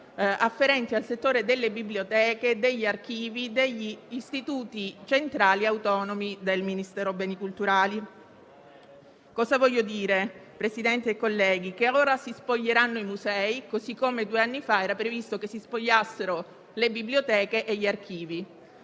afferenti al settore delle biblioteche e degli archivi e degli istituti centrali autonomi del Ministero per i beni culturali. Signor Presidente, colleghi, ora si spoglieranno i musei, così come due anni fa era previsto che si spogliassero le biblioteche e gli archivi.